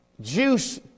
juice